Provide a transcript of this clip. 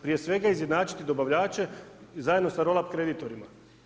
Prije svega izjednačiti dobavljače zajedno sa roll-up kreditorima.